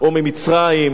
או מסעודיה,